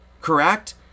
correct